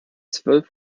zwölf